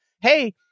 hey